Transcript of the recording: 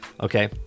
okay